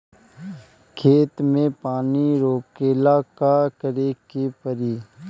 खेत मे पानी रोकेला का करे के परी?